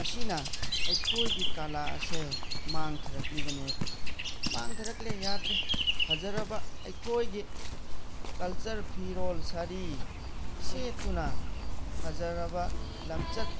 ꯑꯁꯤꯅ ꯑꯩꯈꯣꯏꯒꯤ ꯀꯂꯥ ꯑꯁꯦ ꯃꯥꯡꯊꯔꯛꯂꯤꯕꯅꯦꯕ ꯃꯥꯡꯊꯔꯛꯂꯦ ꯌꯥꯗ꯭ꯔꯦ ꯐꯖꯔꯕ ꯑꯩꯈꯣꯏꯒꯤ ꯀꯜꯆꯔ ꯐꯤꯔꯣꯜ ꯁꯥꯔꯤ ꯁꯦꯠꯇꯨꯅ ꯐꯖꯔꯕ ꯂꯝꯆꯠ